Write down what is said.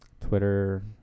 Twitter